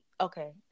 okay